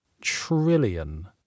trillion